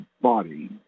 body